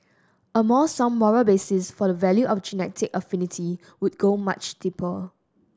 a more sound moral basis for the value of genetic affinity would go much deeper